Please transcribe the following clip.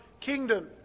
kingdom